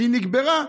שהיא נקברה,